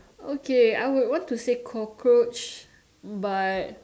okay I would want to say cockroach but